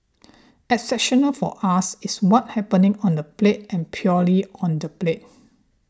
exceptional for us is what happening on the plate and purely on the plate